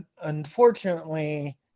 unfortunately